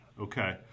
Okay